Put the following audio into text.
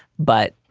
but.